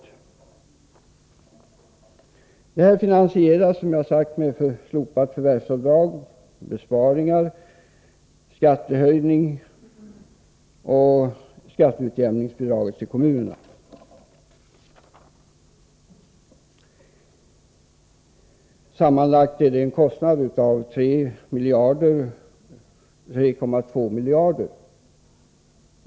Det hela finansieras, som jag sagt, genom slopande av förvärvsavdraget, besparingar, skattehöjning och en förändring av skatteutjämningsbidraget till kommunerna. Sammanlagt kostar åtgärderna 3,2 miljarder.